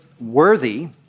worthy